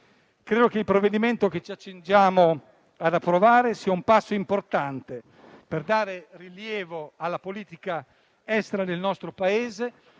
Credo che il provvedimento che ci accingiamo ad approvare sia un passo importante per dare rilievo alla politica estera del nostro Paese